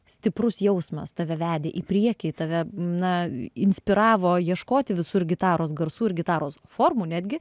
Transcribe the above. stiprus jausmas tave vedė į priekį tave na inspiravo ieškoti visur gitaros garsų ir gitaros formų netgi